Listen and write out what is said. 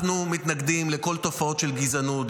אנחנו מתנגדים לכל התופעות של הגזענות,